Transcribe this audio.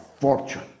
fortune